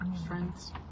strengths